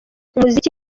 umuziki